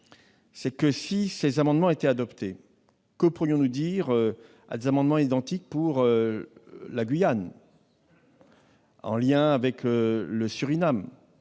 ce texte. Si ces amendements étaient adoptés, que pourrions-nous dire à propos d'amendements identiques sur la Guyane, en lien avec le Surinam ?